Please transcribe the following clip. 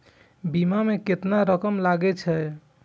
बीमा में केतना रकम लगे छै?